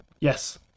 Yes